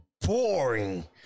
boring